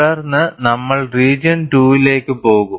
തുടർന്ന് നമ്മൾ റീജിയൺ 2 ലേക്ക് പോകും